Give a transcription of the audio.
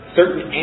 certain